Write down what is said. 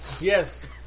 yes